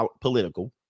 political